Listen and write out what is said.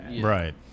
Right